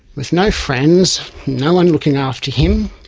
with no friends, no one looking after him.